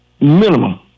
minimum